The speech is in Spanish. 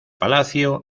palacio